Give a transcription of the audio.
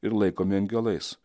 ir laikomi angelais